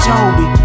Toby